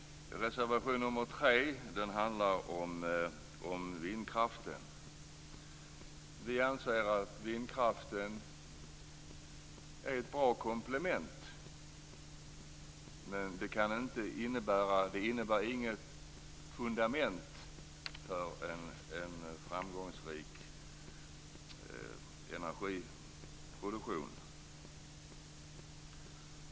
Reservation nr 3 handlar om vindkraften. Vi anser att den är ett bra komplement, men den innebär inte något fundament för en framgångsrik energiproduktion.